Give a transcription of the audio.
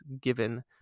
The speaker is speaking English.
given